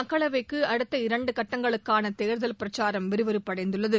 மக்களவைக்கு அடுத்த இரண்டு கட்டங்களுக்கான தேர்தல் பிரச்சாரம் விறுவிறுப்படைந்துள்ளது